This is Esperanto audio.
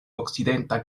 okcidenta